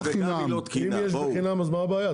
אם יש בחינם אז מה הבעיה?